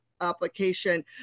application